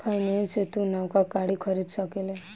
finance से तू नवका गाड़ी खरीद सकेल